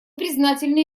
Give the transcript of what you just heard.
признательны